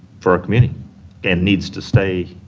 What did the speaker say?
for our community and needs to stay